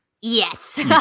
yes